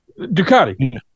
Ducati